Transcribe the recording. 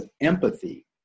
empathy